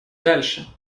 дальше